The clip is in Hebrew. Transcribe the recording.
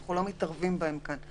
שאנחנו לא מתערבים בהם כאן.